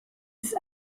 ist